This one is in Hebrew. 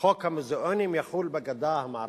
חוק המוזיאונים יחול בגדה המערבית.